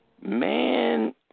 man